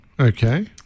Okay